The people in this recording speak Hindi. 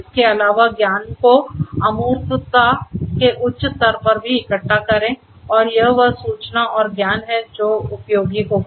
इसके अलावा ज्ञान को अमूर्तता के उच्च स्तर पर भी इकट्ठा करें और यह वह सूचना और ज्ञान है जो उपयोगी होगा